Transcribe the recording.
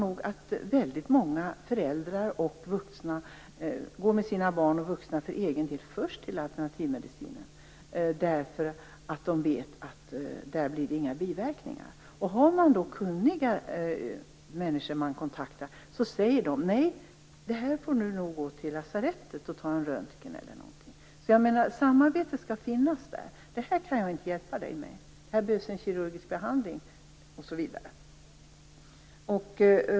Det är väldigt många vuxna som med sina barn och även för egen del först vänder sig till alternativmedicinen, därför att de vet att de där inte riskerar att få några biverkningar. Är det då kunniga människor som man kontaktar, så säger de t.ex.: Du får nog vända dig till lasarettet för en röntgen. Detta kan jag inte hjälpa dig med. Här behövs en kirurgisk behandling osv. Samarbetet skall alltså finnas där.